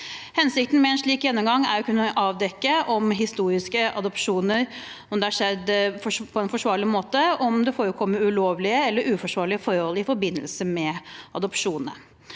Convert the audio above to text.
Hensikten med en slik gjennomgang er å kunne avdekke om historiske adopsjoner har skjedd på en forsvarlig måte, og om det forekommer ulovlige eller uforsvarlige forhold i forbindelse med adopsjonene.